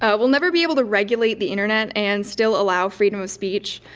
ah we'll never be able to regulate the internet and still allow freedom of speech.